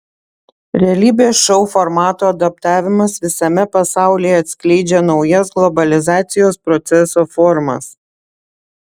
realybės šou formatų adaptavimas visame pasaulyje atskleidžia naujas globalizacijos proceso formas